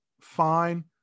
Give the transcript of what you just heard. fine